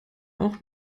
auch